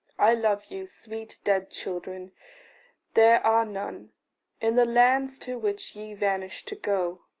i love you, sweet dead children there are none in the land to which ye vanished to go,